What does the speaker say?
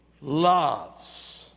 loves